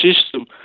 system